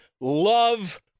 Love